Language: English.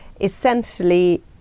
essentially